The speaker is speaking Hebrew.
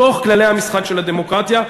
בתוך כללי המשחק של הדמוקרטיה.